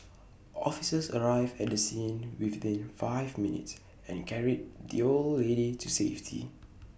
officers arrived at the scene within five minutes and carried the old lady to safety